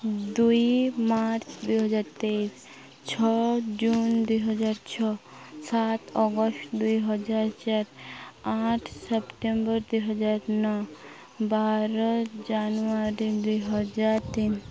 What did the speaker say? ଦୁଇ ମାର୍ଚ୍ଚ ଦୁଇହଜାର ତେଇଶି ଛଅ ଜୁନ ଦୁଇହଜାର ଛଅ ସାତ ଅଗଷ୍ଟ ଦୁଇହଜାର ଚାରି ଆଠ ସେପ୍ଟେମ୍ବର ଦୁଇହଜାର ନଅ ବାର ଜାନୁଆରୀ ଦୁଇହଜାର ତିନି